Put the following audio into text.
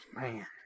Man